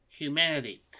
Humanity